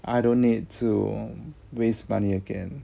I don't need to waste money again